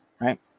Right